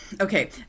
okay